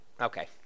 Okay